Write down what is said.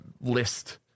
list